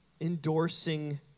endorsing